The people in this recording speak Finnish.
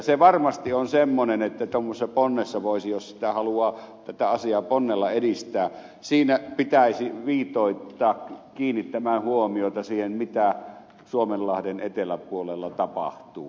se varmasti on semmoinen että tuommoisessa ponnessa jos tätä asiaa haluaa ponnella edistää pitäisi viitoittaa kiinnittämään huomiota siihen mitä suomenlahden eteläpuolella tapahtuu